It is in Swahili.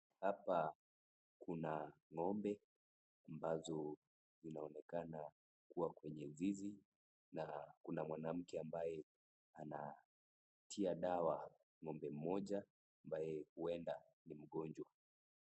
Hapa kuna ng'ombe ambazo zinaonekana kuwa kwenye zizi na kuna mwanamke ambaye anatia dawa ng'ombe mmoja ambaye huenda ni mgonjwa.